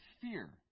fear